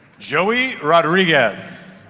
joey rodrigues